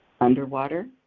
Underwater